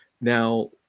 now